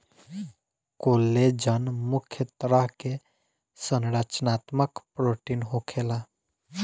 collagen मुख्य तरह के संरचनात्मक प्रोटीन होखेला